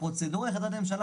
החלטת ממשלה